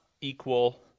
equal